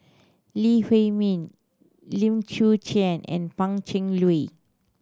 Lee Huei Min Lim Chwee Chian and Pan Cheng Lui